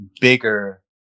bigger